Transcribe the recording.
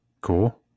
Cool